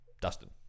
Dustin